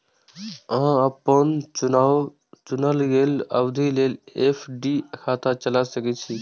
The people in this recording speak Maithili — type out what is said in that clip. अहां अपन चुनल गेल अवधि लेल एफ.डी खाता चला सकै छी